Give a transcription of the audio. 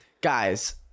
Guys